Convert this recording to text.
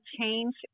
change